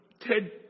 Ted